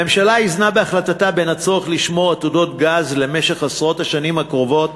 הממשלה איזנה בהחלטתה בין הצורך לשמור עתודות גז לעשרות השנים הקרובות